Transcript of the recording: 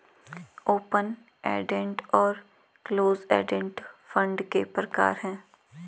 open ended और close ended fund के प्रकार हैं